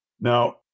Now